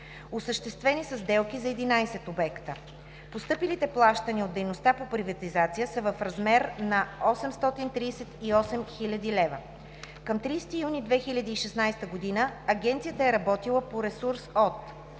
Осъществени са сделки за 11 обекта. Постъпилите плащания от дейността по приватизация са в размер на 838 хил. лв. Към 30 юни 2016 г. Агенцията е работила по ресурс от: